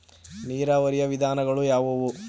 ನೀರಾವರಿಯ ವಿಧಾನಗಳು ಯಾವುವು?